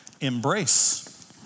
embrace